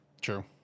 True